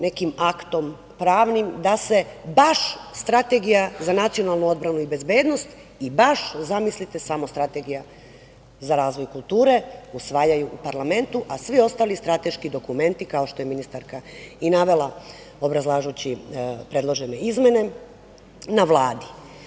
nekim aktom pravnim da se baš Strategija za nacionalnu odbranu i bezbednost i baš, zamislite, samo Strategija za razvoj kulture usvajaju u parlamentu, a svi ostali strateški dokumenti, kao što je ministarka i navela obrazlažući predložene izmene, na Vladi.